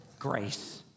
grace